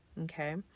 okay